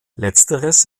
letzteres